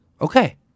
Okay